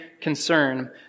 concern